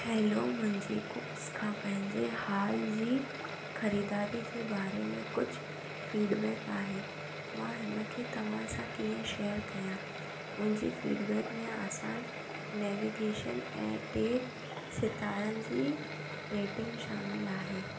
hello मुंहिंजी Cooks खां पंहिंजे हाल जी ख़रीदारी जे बारे में कुझु फीडबैक आहे मां हिन खे तव्हां सां कीअं शेयर कया मुंहिंजी फीडबैक में आसान नैविगेशन ऐं टे सितारनि जी रेटिंग शामिलु आहे